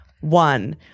One